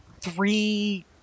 three